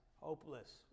hopeless